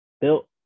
built